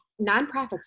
nonprofits